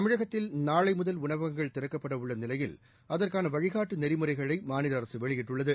தமிழகத்தில் நாளை முதல் உணவகங்கள் திறக்கப்பட உள்ள நிலையில் அதற்கான வழிகாட்டு நெறிமுறைகளை மாநில அரசு வெளியிட்டுள்ளது